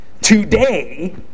today